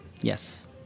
Yes